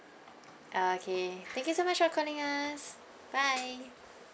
okay thank you so much for calling us bye